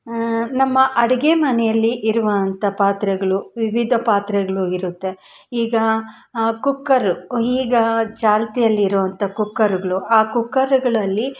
ನಮ್ಮ ಅಡುಗೆ ಮನೆಯಲ್ಲಿ ಇರುವಂಥ ಪಾತ್ರೆಗಳು ವಿವಿಧ ಪಾತ್ರೆಗಳು ಇರುತ್ತೆ ಈಗ ಕುಕ್ಕರು ಈಗ ಚಾಲ್ತಿಯಲ್ಲಿರುವಂಥ ಕುಕ್ಕರುಗ್ಳು ಆ ಕುಕ್ಕರುಗ್ಳಲ್ಲಿ